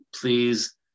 Please